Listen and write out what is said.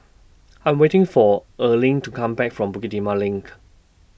I Am waiting For Erling to Come Back from Bukit Timah LINK